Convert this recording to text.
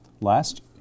last